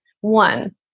one